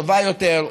טובה יותר,